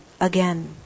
again